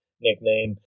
nickname